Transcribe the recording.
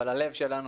אבל הלב שלנו,